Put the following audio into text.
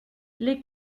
les